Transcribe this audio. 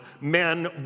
men